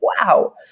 wow